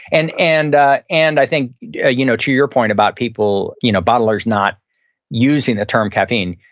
and and and i think ah you know to your point about people, you know bottlers not using the term caffeine,